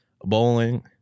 bowling